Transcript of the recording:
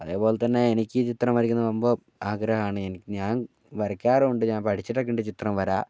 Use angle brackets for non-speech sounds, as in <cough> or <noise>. അതേപോലെതന്നെ എനിക്ക് ചിത്രം വരയ്ക്കുന്നത് <unintelligible> ആഗ്രഹമാണ് ഞാൻ വരയ്ക്കാറുണ്ട് ഞാൻ പഠിച്ചിട്ടൊക്കെയുണ്ട് ചിത്രം വര